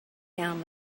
down